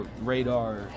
Radar